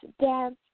dance